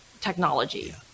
technology